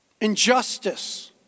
injustice